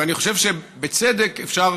ואני חושב שבצדק אפשר